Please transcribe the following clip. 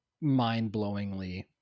mind-blowingly